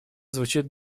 звучит